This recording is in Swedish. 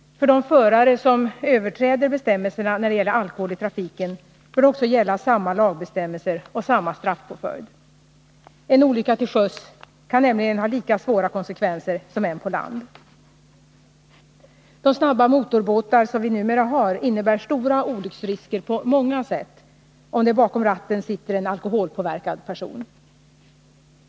För de förare som överträder bestämmelserna om alkohol i trafiken bör det också gälla samma lagbestämmelser och samma straffpåföljd. En olycka till sjöss kan nämligen ha lika svåra konsekvenser som en på land. De snabba motorbåtar som vi numera har innebär på många sätt stora olycksrisker, om det bakom ratten på en sådan motorbåt sitter en alkoholpåverkad person.